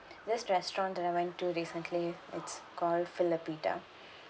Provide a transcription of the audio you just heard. this restaurant that I went to recently it's called fill a pita